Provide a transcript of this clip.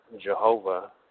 Jehovah